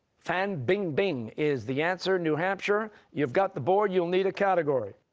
fan bingbing is the answer. new hampshire, you've got the board, you'll need a category.